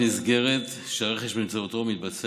סגן שר האוצר יצחק כהן: אדוני היושב-ראש,